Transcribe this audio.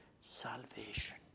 salvation